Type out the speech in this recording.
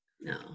No